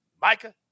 Micah